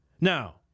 Now